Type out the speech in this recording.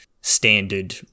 standard